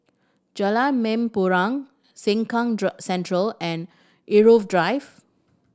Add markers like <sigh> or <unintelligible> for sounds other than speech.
Jalan Mempurong Sengkang <unintelligible> Central and Irau Drive